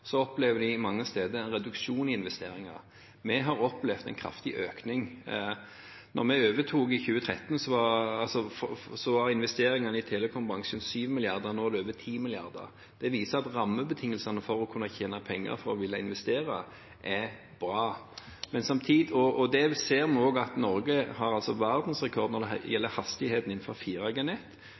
opplever en reduksjon i investeringer mange steder. Vi har opplevd en kraftig økning. Da vi overtok i 2013, var investeringene i telekombransjen 7 mrd. kr. Nå er de over 10 mrd. kr. Det viser at rammebetingelsene for å kunne tjene penger ved å ville investere er bra. Vi ser også at Norge har verdensrekord når det gjelder hastighet innenfor 4G-nettet, og vi ligger langt framme når det gjelder 5G. Det